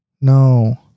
No